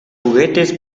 juguetes